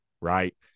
right